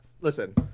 Listen